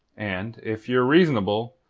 and, if ye're reasonable,